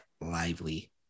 Lively